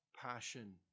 passion